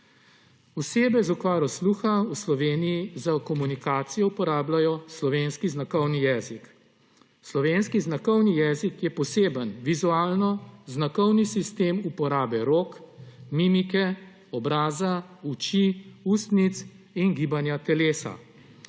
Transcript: Osebe z okvaro sluha v Sloveniji za komunikacijo uporabljajo slovenski znakovni jezik. Slovenski znakovni jezik je poseben vizualno-znakovni sistem uporabe rok, mimike, obraza, oči, ustnic in gibanja telesa.